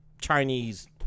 Chinese